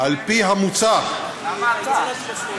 למה אתה?